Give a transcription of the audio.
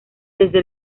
desde